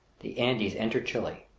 the andes enter chile,